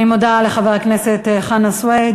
אני מודה לחבר הכנסת חנא סוייד.